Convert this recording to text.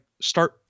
start